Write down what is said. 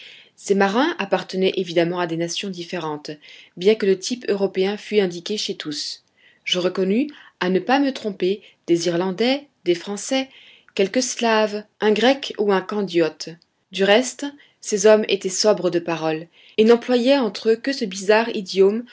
ces marins appartenaient évidemment à des nations différentes bien que le type européen fût indiqué chez tous je reconnus à ne pas me tromper des irlandais des français quelques slaves un grec ou un candiote du reste ces hommes étaient sobres de paroles et n'employaient entre eux que ce bizarre idiome